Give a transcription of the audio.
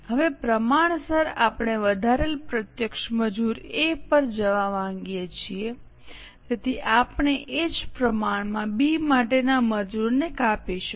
હવે પ્રમાણસર આપણે વધારે પ્રત્યક્ષ મજૂર એ પર જવા માગીએ છીએ તેથી આપણે એ જ પ્રમાણમાં બી માટેના મજૂરને કાપીશું